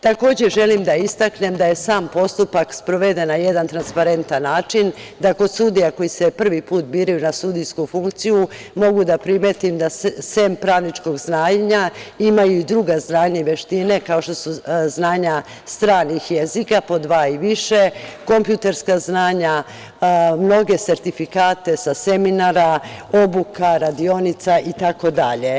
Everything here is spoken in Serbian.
Takođe, želim da istaknem da je sam postupak sproveden na jedan transparentan način, da kod sudija koji se prvi put biraju na sudijsku funkciju mogu da primetim da, sem pravničkog znanja, imaju i druga znanja i veštine, kao što su znanja stranih jezika, po dva i više, kompjuterska znanja, mnoge sertifikate sa seminara, obuka, radionica itd.